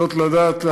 זאת לדעת,